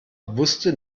wusste